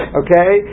okay